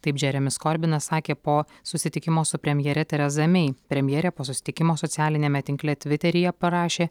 taip džeremis korbinas sakė po susitikimo su premjere tereza mei premjerė po susitikimo socialiniame tinkle tviteryje parašė